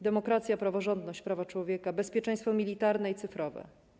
Demokracja, praworządność, prawa człowieka, bezpieczeństwo militarne i cyfrowe.